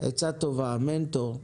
עצה טובה, מנטור.